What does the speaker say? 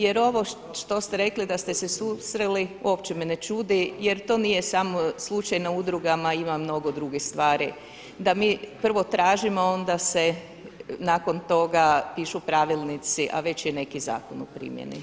Jer ovo što ste rekli da ste se susreli, uopće me ne čudi jer to nije samo slučaj na udrugama, ima i mnogo drugih stvari da mi prvo tražimo a onda se nakon toga pišu pravilnici a već je neki zakon u primjeni.